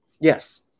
yes